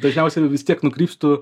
dažniausiai vis tiek nukrypstu